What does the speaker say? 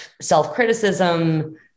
self-criticism